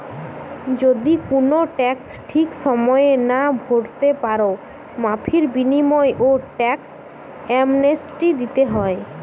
যদি কুনো ট্যাক্স ঠিক সময়ে না ভোরতে পারো, মাফীর বিনিময়ও ট্যাক্স অ্যামনেস্টি দিতে হয়